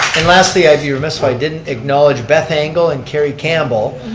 and lastly, i'd be remiss if i didn't acknowledge beth angle and kerry campbell.